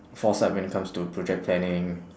foresight when it comes to project planning